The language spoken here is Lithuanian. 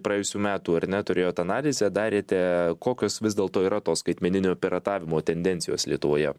praėjusių metų ar ne turėjot analizę darėte kokios vis dėlto yra to skaitmeninio piratavimo tendencijos lietuvoje